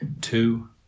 two